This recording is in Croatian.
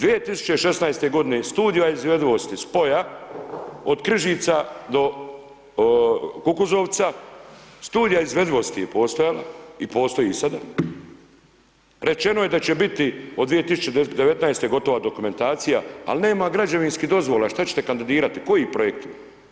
2016. godine i studija izvedivosti spoja od Križica do Kukuzovca, studija izvedivosti je postojala i postoji i sada, rečeno je da će biti od 2019. godine gotova dokumentacija, al' nema građevinskih dozvola, šta će te kandidirati, koji projekt?